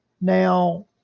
Now